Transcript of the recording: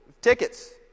tickets